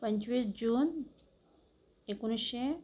पंचवीस जून एकोणीसशे